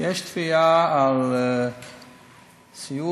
יש תביעה על סיעוד,